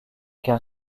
qu’un